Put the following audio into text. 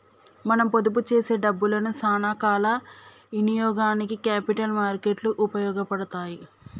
మనం పొదుపు చేసే డబ్బులను సానా కాల ఇనియోగానికి క్యాపిటల్ మార్కెట్ లు ఉపయోగపడతాయి